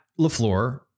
LaFleur